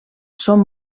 són